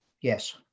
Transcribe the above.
yes